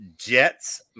Jets